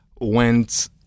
went